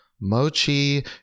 Mochi